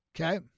Okay